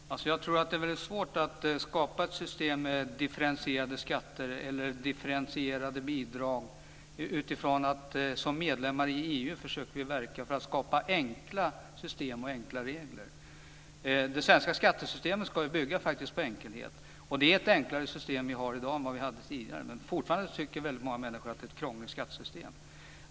Herr talman! Jag tror att det är väldigt svårt att skapa ett system med differentierade skatter eller differentierade bidrag. Som medlemmar i EU försöker vi verka för att skapa enkla system och enkla regler. Det svenska skattesystemet ska faktiskt bygga på enkelhet. Systemet i dag är enklare än det system som vi tidigare hade, men fortfarande tycker många människor att skattesystemet är krångligt.